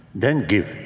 then give.